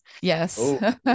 Yes